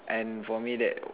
and for me that